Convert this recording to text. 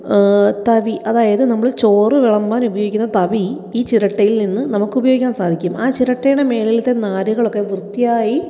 തവി അതായത് നമ്മൾ ചോറ് വിളമ്പാന് ഉപയോഗിക്കുന്ന തവി ഈ ചിരട്ടയില് നിന്ന് നമുക്ക് ഉപയോഗിക്കാന് സാധിക്കും ആ ചിരട്ടയുടെ മുകളിലത്തെ നാരുകളൊക്കെ വൃത്തിയായി